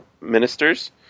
ministers